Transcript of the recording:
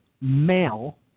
male